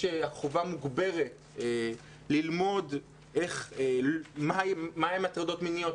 חובה מוגברת ללמוד מה הן הטרדות מיניות,